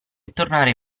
tornare